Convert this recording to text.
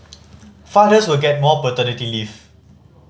fathers will get more paternity leave